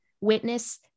witness